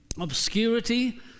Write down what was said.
obscurity